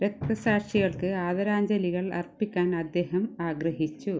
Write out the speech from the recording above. രക്തസാക്ഷികൾക്ക് ആദരാഞ്ജലികൾ അർപ്പിക്കാൻ അദ്ദേഹം ആഗ്രഹിച്ചു